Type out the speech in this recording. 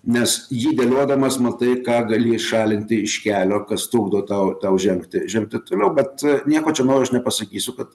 nes jį dėliodamas matai ką gali į šalinti iš kelio kas trukdo tau tau žengti žengti toliau bet nieko čia naujo aš nepasakysiu kad